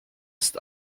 ist